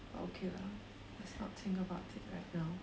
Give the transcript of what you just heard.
but okay lah let's not think about it right now